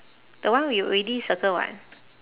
that one we already circle [what]